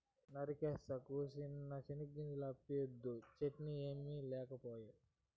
నరసక్కా, కూసిన్ని చెనిగ్గింజలు అప్పిద్దూ, చట్నీ ఏమి లేకపాయే